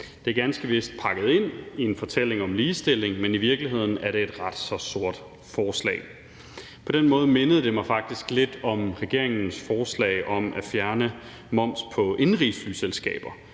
Det er ganske vist pakket ind i en fortælling om ligestilling, men i virkeligheden er det et ret så sort forslag. På den måde mindede det mig faktisk lidt om regeringens forslag om at fjerne moms på indenrigsflyselskaber.